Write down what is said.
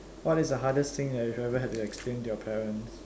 what is the hardest thing that you ever had to explain to your parents